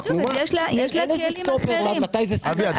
אין לזה סטופר מתי זה -- שוב אז יש לה כלים אחרים,